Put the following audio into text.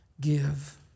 Give